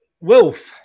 Wolf